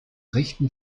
richten